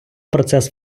процес